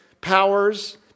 powers